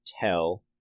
tell